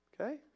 okay